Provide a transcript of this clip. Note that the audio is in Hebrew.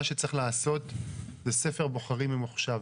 שצריך לעשות הוא ספר בוחרים ממוחשב.